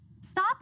Stop